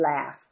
laugh